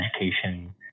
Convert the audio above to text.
education